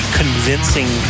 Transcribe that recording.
convincing